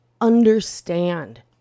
understand